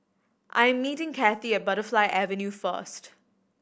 I'm meeting Cathie at Butterfly Avenue first